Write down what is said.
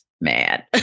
Man